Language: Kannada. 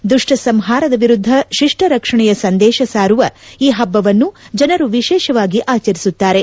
ದುಷ್ಷ ಸಂಹಾರದ ವಿರುದ್ದ ಶಿಷ್ಷ ರಕ್ಷಣೆಯ ಸಂದೇಶ ಸಾರುವ ಈ ಪಬ್ಲವನ್ನು ಜನರು ವಿಶೇಷವಾಗಿ ಆಚರಿಸುತ್ತಾರೆ